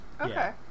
okay